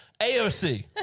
AOC